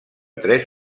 tres